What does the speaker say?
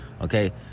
Okay